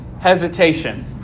hesitation